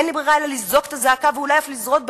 אין לי ברירה אלא לזעוק את הזעקה ואולי אף לזרות בהלה,